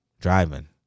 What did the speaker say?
driving